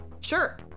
Sure